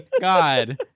god